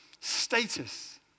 status